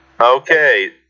okay